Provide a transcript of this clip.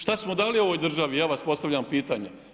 Šta smo dali ovoj državi, ja vam postavljam pitanje?